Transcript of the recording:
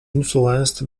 influenced